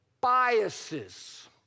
biases